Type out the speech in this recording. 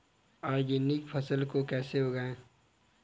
Organic फसल को कैसे उगाएँ?